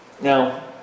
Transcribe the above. Now